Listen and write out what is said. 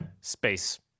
space